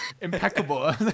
impeccable